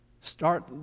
start